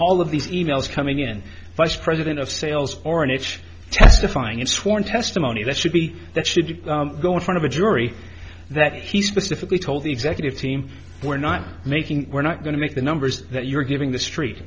all of these emails coming in vice president of sales or an itch testifying in sworn testimony that should be that should go in front of a jury that he specifically told the executive team we're not making we're not going to make the numbers that you're giving the street